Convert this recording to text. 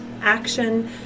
action